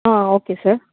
okay sir